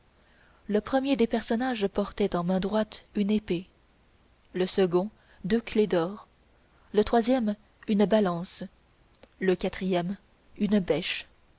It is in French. le premier des personnages portait en main droite une épée le second deux clefs d'or le troisième une balance le quatrième une bêche